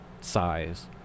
size